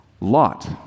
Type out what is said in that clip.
Lot